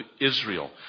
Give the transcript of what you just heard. Israel